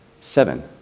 seven